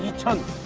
yeah chun.